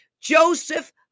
Joseph